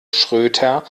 schröter